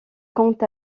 compte